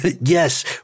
Yes